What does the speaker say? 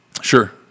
Sure